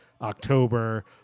October